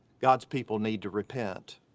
god's people need to repent.